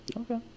Okay